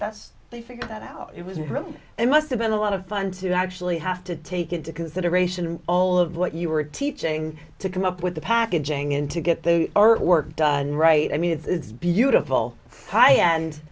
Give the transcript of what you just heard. that's the figure that out it was really it must've been a lot of fun to actually have to take into consideration all of what you were teaching to come up with the packaging in to get the earth work done right i mean it's beautiful high and